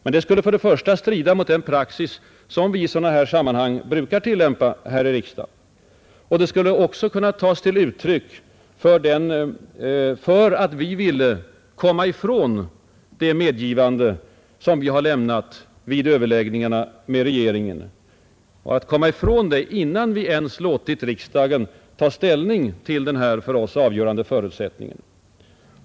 Detta skulle emellertid strida mot den praxis som i sådana här sammanhang brukar tillämpas i riksdagen, och det skulle också kunna tas till uttryck för att vi ville komma ifrån det medgivande som vi har lämnat vid överläggningarna med regeringen, och komma ifrån det innan vi ens har låtit riksdagen ta ställning till den för oss avgörande förutsättningen.